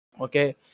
Okay